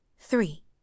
three